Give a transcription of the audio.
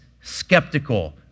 skeptical